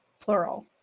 plural